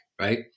right